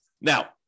Now